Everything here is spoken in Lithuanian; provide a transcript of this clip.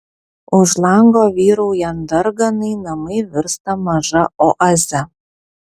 už lango vyraujant darganai namai virsta maža oaze